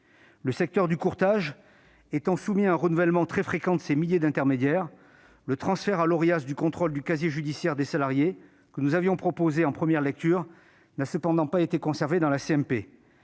Le secteur du courtage étant soumis à un renouvellement très fréquent de ses milliers d'intermédiaires, le transfert à l'Orias du contrôle du casier judiciaire des salariés, que nous avions proposé en première lecture, n'a pas été conservé dans le